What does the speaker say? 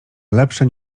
lepsze